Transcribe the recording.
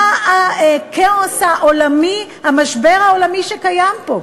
מה הכאוס העולמי, המשבר העולמי, שקיים פה?